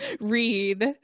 read